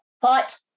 fight